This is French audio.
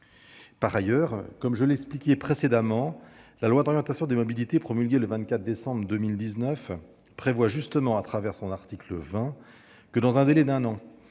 Par ailleurs, comme je l'ai expliqué précédemment, la loi d'orientation des mobilités, promulguée le 24 décembre 2019, autorise, à travers son article 20 et dans un délai d'un an,